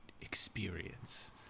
experience